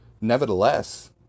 Nevertheless